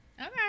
Okay